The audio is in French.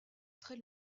très